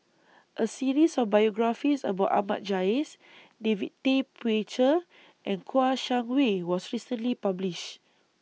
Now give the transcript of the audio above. A series of biographies about Ahmad Jais David Tay Poey Cher and Kouo Shang Wei was recently published